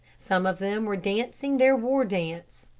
some of them were dancing their war dance.